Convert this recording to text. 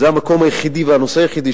זה היה המקום היחידי והנושא היחידי